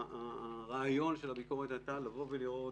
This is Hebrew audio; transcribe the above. הרעיון של הביקורת היה לראות